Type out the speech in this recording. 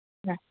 ନା